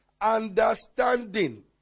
understanding